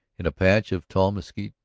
in a patch of tall mesquite,